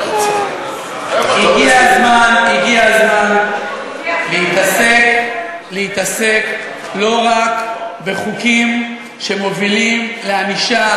הגיע הזמן להתעסק לא רק בחוקים שמובילים לענישה,